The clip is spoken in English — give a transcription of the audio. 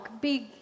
big